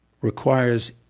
requires